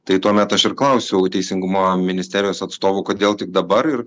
tai tuomet aš ir klausiau teisingumo ministerijos atstovų kodėl tik dabar ir